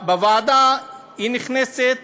היא נכנסת